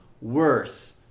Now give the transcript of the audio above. worse